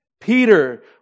Peter